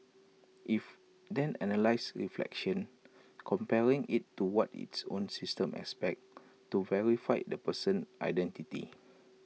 if then analyses reflection comparing IT to what its own system expects to verify the person's identity